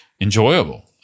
enjoyable